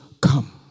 come